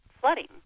flooding